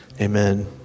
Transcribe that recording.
Amen